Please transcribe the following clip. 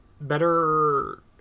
better